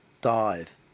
dive